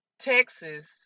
Texas